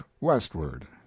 westward